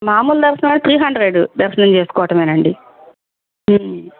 మామూలు దర్శనం three hundred దర్శనం చేసుకోవటమేనండి